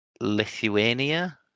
Lithuania